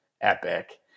epic